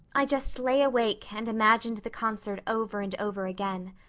i just lay awake and imagined the concert over and over again.